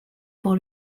pour